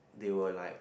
they were like